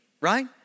right